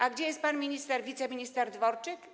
A gdzie jest pan minister, wiceminister Dworczyk?